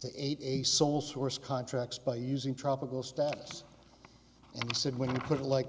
to eight a sole source contracts by using tropical status and said when you put it like